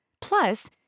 Plus